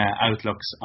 outlooks